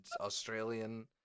Australian